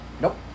Nope